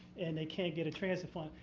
and they can't get a transit fund.